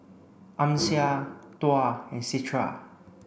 Amsyar Tuah and Citra